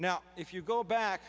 now if you go back